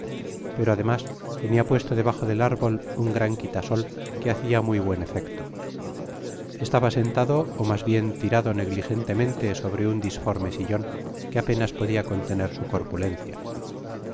pero adema tenia puesto debajo del árbol un gran quitasol que hacia muy buen efecto estaba sentado ó mas bien tirado negligentemente sobre un disforme sillon que apenas podia con tener sn corpulencia